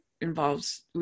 involves